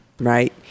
Right